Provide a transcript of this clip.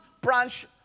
branch